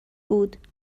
بود